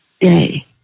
day